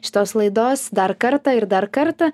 šitos laidos dar kartą ir dar kartą